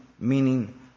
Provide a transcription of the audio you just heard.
meaning